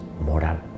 moral